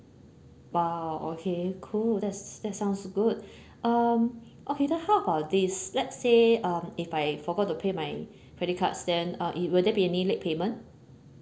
!wah! okay cool that's that's sounds good um okay then how about this let's say um if I forgot to pay my credit cards then uh it will there be any late payment